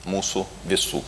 mūsų visų